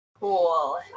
Cool